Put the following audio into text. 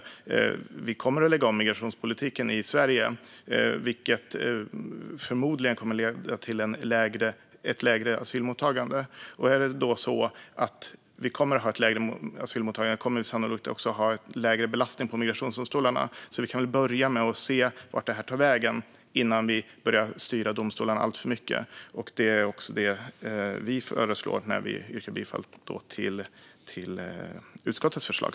Vi kommer att lägga om migrationspolitiken i Sverige, vilket förmodligen kommer att leda till ett lägre asylmottagande. Blir det ett lägre asylmottagande kommer vi också sannolikt att ha lägre belastning på migrationsdomstolarna. Vi kan väl börja med att se vart det här tar vägen innan vi börjar styra domstolarna alltför mycket. Det är också det vi föreslår när vi yrkar bifall till utskottets förslag.